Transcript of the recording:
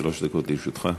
שלוש דקות לרשותך.